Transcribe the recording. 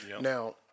Now